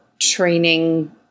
training